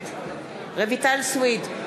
נגד רויטל סויד,